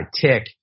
tick